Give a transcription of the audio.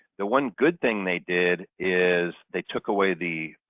the one good thing they did is they took away the,